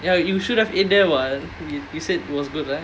ya you should have ate there what you you said it was good right